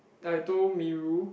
I told Miru